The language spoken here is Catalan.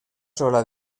sola